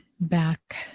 back